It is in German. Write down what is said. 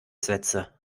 sätze